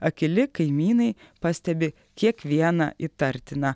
akyli kaimynai pastebi kiekvieną įtartiną